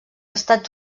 estats